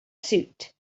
suit